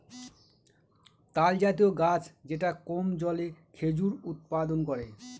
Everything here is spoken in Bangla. তালজাতীয় গাছ যেটা কম জলে খেজুর উৎপাদন করে